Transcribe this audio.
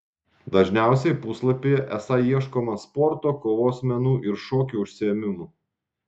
dažniausiai puslapyje esą ieškoma sporto kovos menų ir šokių užsiėmimų